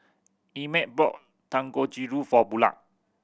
Emett bought Dangojiru for Bulah